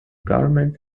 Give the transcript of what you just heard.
government